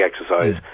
exercise